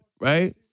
right